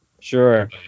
Sure